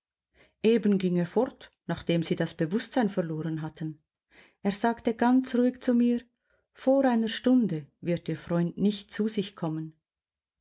eben ging er fort nachdem sie das bewußtsein verloren hatten er sagte ganz ruhig zu mir vor einer stunde wird ihr freund nicht zu sich kommen